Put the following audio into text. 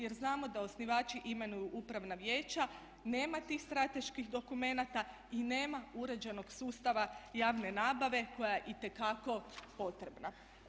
Jer znamo da osnivači imenuju upravna vijeća, nema tih strateških dokumenata i nema uređenog sustava javne nabave koja je itekako potrebna.